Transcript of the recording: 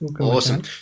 awesome